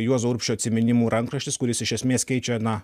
juozo urbšio atsiminimų rankraštis kuris iš esmės keičia na